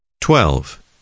twelve